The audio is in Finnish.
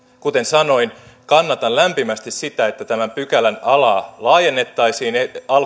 kuten sanoin kannatan lämpimästi sitä että tämän pykälän alaa laajennettaisiin